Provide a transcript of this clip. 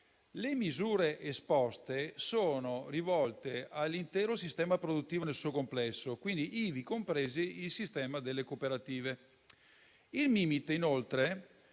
Le misure esposte sono rivolte all'intero sistema produttivo nel suo complesso, ivi compreso il sistema delle cooperative. Il Mimit, inoltre,